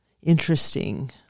interesting